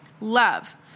Love